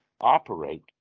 operate